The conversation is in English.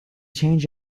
change